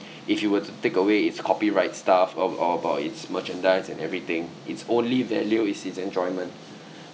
if you were to take away its copyright stuff or ab~ about its merchandise and everything it's only value is its enjoyment